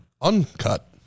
uncut